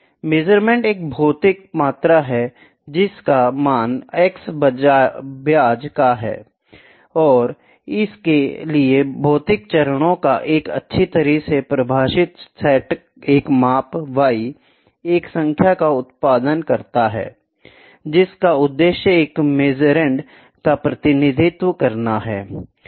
measurand एक भौतिक मात्रा है जिसका मान x ब्याज का है और जिसके लिए भौतिक चरणों का एक अच्छी तरह से परिभाषित सेट एक माप y एक संख्या का उत्पादन करता है जिसका उद्देश्य एक माइंडैंड का प्रतिनिधित्व करना है